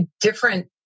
different